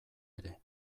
ere